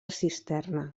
cisterna